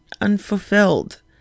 unfulfilled